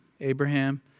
Abraham